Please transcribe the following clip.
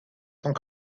tant